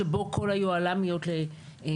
שבו יושבים עם כל יוהל"מיות של שב"ס,